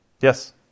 Yes